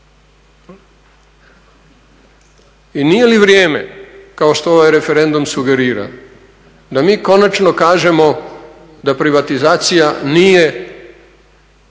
I nije li vrijeme kao što ovaj referendum sugerira, da mi konačno kažemo da privatizacija nije